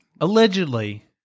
Allegedly